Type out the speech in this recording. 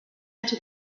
into